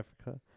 Africa